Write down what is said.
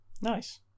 Nice